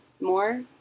more